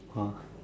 !wah!